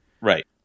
right